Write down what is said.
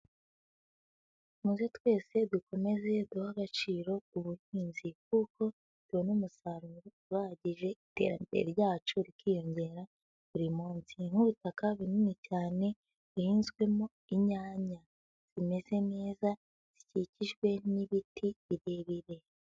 Muze twese dukomeze guha agaciro ubuhinzi kuko tubona umusaruro uhagije, iterambere ryacu rikiyongera buri munsi. Nk'ubutaka buniini cyane buhinzwemo inyanya zimeze neza zikikijwe n'ibiti birebirire.